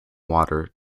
water